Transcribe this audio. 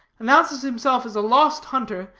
announces himself as a lost hunter,